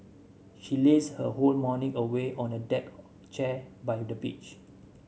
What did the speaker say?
she lazed her whole morning away on a deck chair by the beach